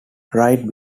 right